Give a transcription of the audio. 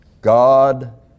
God